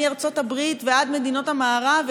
מארצות הברית ועד מדינות המערב,